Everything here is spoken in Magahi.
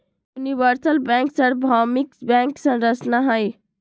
यूनिवर्सल बैंक सर्वभौमिक बैंक संरचना हई